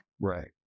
Right